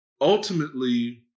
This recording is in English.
ultimately